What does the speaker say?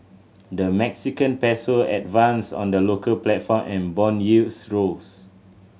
the Mexican Peso advanced on the local platform and bond yields rose